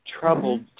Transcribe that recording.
troubled